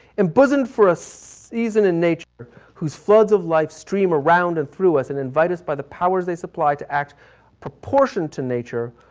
and but and for a season and nature who's floods of life stream around and through us and invite us by the powers they supply to act in proportion to nature,